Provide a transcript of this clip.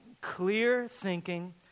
clear-thinking